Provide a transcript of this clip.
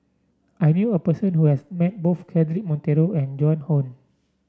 I knew a person who has met both Cedric Monteiro and Joan Hon